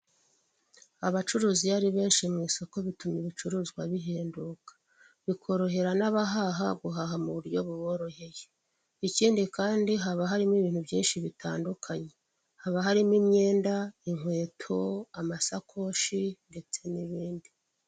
Abacuruzi iyo ari benshi mu isoko, bituma ibicuruzwa bihenduka. Bikorohera n'abahaha guhaha mu buryo buboroheye. Ikindi kandi, haba harimo ibintu byinshi bitandukanye. Haba harimo imyenda, inkweto, amasakoshi ndetse n'ibindi.